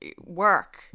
work